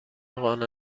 قانع